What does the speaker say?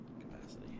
Capacity